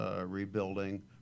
rebuilding